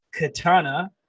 katana